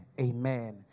Amen